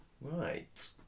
Right